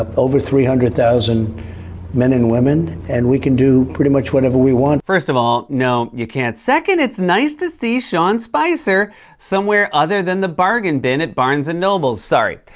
ah over three hundred thousand men and women. and we can do pretty much whatever we want. first of all, no, you can't. second, it's nice to see sean spicer somewhere other than the bargain bin at barnes and noble's. sorry,